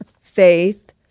faith